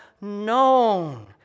known